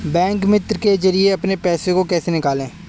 Bank मित्र के जरिए अपने पैसे को कैसे निकालें?